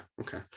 okay